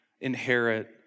inherit